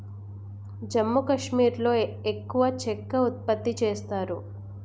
జమ్మూ కాశ్మీర్లో ఎక్కువ చెక్క ఉత్పత్తి చేస్తారు